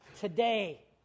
Today